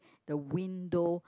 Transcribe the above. the window